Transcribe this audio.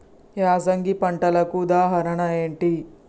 యాసంగి పంటలకు ఉదాహరణ ఏంటి?